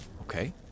Okay